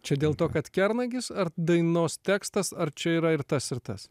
čia dėl to kad kernagis ar dainos tekstas ar čia yra ir tas ir tas